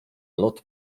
lot